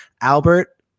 Albert